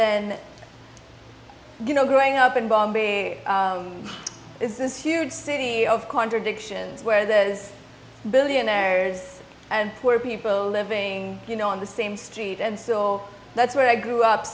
then you know growing up in bombay is this huge city of contradictions where there's billionaires and poor people living you know on the same street and still that's where i grew